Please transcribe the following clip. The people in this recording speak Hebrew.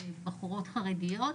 בחורות חרדיות,